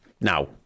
Now